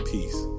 Peace